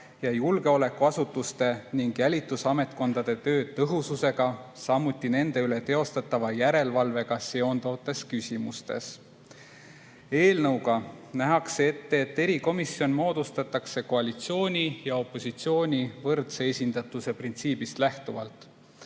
ja julgeolekuasutuste ning jälitusametkondade töö tõhususega, samuti nende üle teostatava järelevalvega seonduvates küsimustes. Eelnõuga nähakse ette, et erikomisjon moodustatakse koalitsiooni ja opositsiooni võrdse esindatuse printsiibist lähtuvalt.